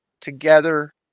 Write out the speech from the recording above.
together